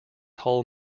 hull